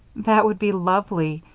that would be lovely.